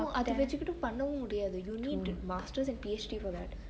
no அத வச்சிகிட்டு பன்னவு முடியாது:athe vechikittu pannevu mudiyaathu you need master's and P_H_D for that